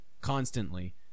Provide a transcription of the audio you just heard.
constantly